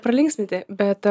pralinksminti bet